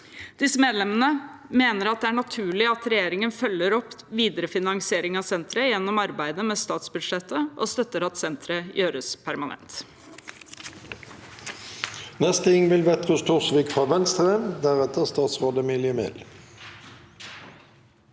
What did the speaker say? juli 2011. Vi mener at det er naturlig at regjeringen følger opp videre finansiering av senteret gjennom arbeidet med statsbudsjettet, og støtter at senteret gjøres permanent.